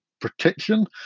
protection